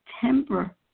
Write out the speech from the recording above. temper